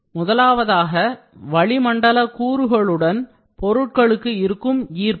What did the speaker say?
முதலாவதாக வளிமண்டல கூறுகளுடன் பொருட்களுக்கு இருக்கும் ஈர்ப்பு